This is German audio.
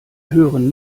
höheren